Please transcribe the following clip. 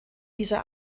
dieser